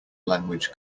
language